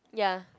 ya